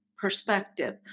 perspective